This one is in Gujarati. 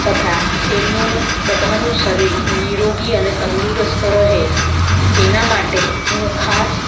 તથા તેમનું બધાનું શરીર નીરોગી અને તંદુરસ્ત રહે તેના માટે હું ખાસ